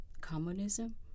communism